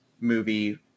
movie